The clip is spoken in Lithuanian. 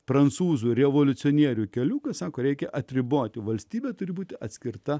prancūzų revoliucionierių keliukas sako reikia atriboti valstybė turi būti atskirta